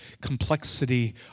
complexity